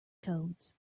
codes